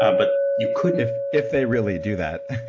ah but you couldn't if if they really do that,